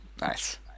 Nice